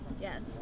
yes